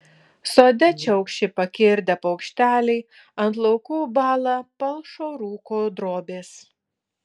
sode čiaukši pakirdę paukšteliai ant laukų bąla palšo rūko drobės